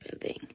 building